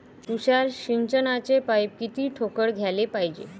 तुषार सिंचनाचे पाइप किती ठोकळ घ्याले पायजे?